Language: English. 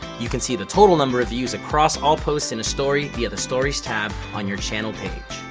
you can see the total number of views across all posts in a story via the stories tab on your channel page.